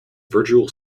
virtual